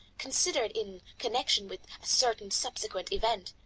considered in connection with a certain subsequent event,